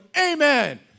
amen